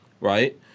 right